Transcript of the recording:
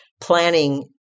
planning